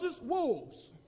wolves